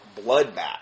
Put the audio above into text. bloodbath